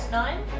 nine